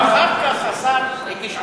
ואחר כך השר הגיש ערר.